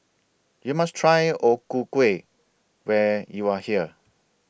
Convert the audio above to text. YOU must Try O Ku Kueh when YOU Are here